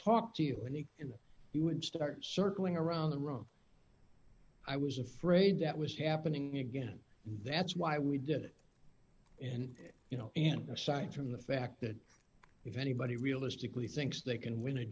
talk to you and him and he would start circling around the room i was afraid that was happening again that's why we did it and you know and aside from the fact that if anybody realistically thinks they can win a